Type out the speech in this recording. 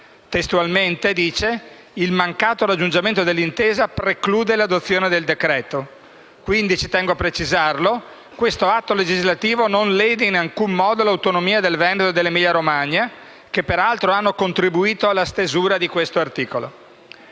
testualmente, che «il mancato raggiungimento dell'intesa preclude l'adozione del decreto». Quindi - ci tengo a precisarlo - l'atto legislativo in esame non lede in alcun modo l'autonomia del Veneto e dell'Emilia-Romagna, che peraltro hanno contribuito alla stesura di questo articolo.